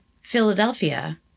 Philadelphia